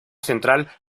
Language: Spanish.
central